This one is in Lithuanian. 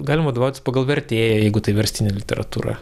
galima vadautis pagal vertėją jeigu tai verstinė literatūra